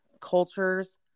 cultures